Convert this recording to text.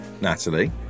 Natalie